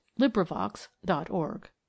LibriVox.org